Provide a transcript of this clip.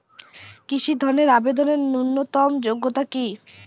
কৃষি ধনের আবেদনের ন্যূনতম যোগ্যতা কী?